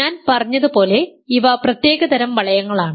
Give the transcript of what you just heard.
ഞാൻ പറഞ്ഞതുപോലെ ഇവ പ്രത്യേക തരം വളയങ്ങളാണ്